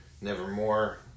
Nevermore